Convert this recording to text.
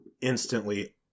instantly